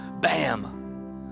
bam